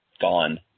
gone